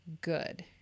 good